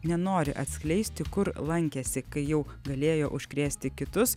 nenori atskleisti kur lankėsi kai jau galėjo užkrėsti kitus